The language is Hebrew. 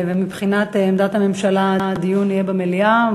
ומבחינת עמדת הממשלה, הדיון יהיה במליאה?